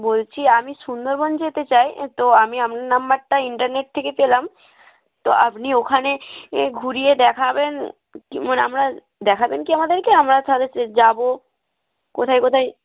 বলছি আমি সুন্দরবন যেতে চাই তো আমি আপনার নাম্বারটা ইন্টারনেট থেকে পেলাম তো আপনি ওখানে ঘুরিয়ে দেখাবেন মানে আমরা দেখাবেন কী আমাদেরকে আমরা তাহলে সে যাব কোথায় কোথায়